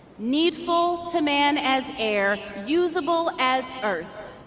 needful to man as air usable as earth,